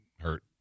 hurt